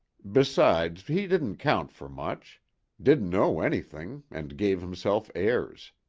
besides, he didn't count for much didn't know anything and gave himself airs.